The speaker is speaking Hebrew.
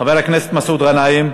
חבר הכנסת מסעוד גנאים,